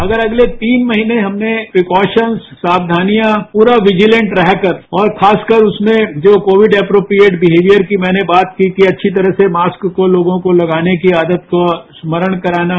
अगर अगले तीन महीने हमने प्रीकॉशन्स साक्षानियां पूरा विजिलेंट रहकर और खासकर उसमें जो कोविड एप्रोप्रिएट बिहेवियर की मैने जो बात की कि अच्छी तरह से मास्क को लोगों को लगाने की आदत को स्मरण कराना